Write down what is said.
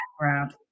background